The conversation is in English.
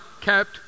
kept